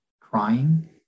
crying